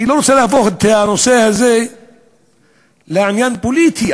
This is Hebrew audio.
אני לא רוצה להפוך את הנושא הזה לעניין פוליטי,